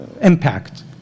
impact